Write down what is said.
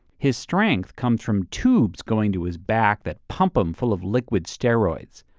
his strength comes from tubes going to his back that pump him full of liquid steroids.